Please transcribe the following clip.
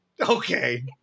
Okay